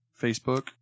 Facebook